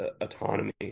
autonomy